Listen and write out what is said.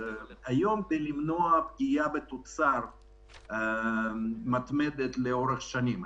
כדי למנוע פגיעה מתמדת בתוצר לאורך שנים.